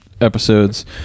episodes